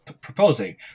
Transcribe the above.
proposing